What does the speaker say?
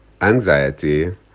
anxiety